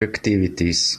activities